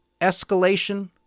Escalation